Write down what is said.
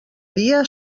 dia